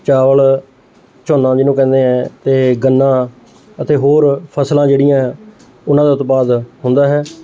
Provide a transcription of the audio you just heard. ਚਾਵਲ ਝੋਨਾ ਜਿਹਨੂੰ ਕਹਿੰਦੇ ਹੈ ਅਤੇ ਗੰਨਾ ਅਤੇ ਹੋਰ ਫਸਲਾਂ ਜਿਹੜੀਆਂ ਉਹਨਾਂ ਦਾ ਉਤਪਾਦ ਹੁੰਦਾ ਹੈ